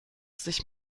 sich